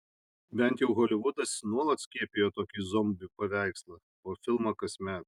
bent jau holivudas nuolat skiepijo tokį zombių paveikslą po filmą kasmet